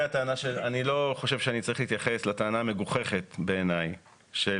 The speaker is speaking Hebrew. אני לא חושב שאני צריך להתייחס לטענה המגוחכת בעיניי של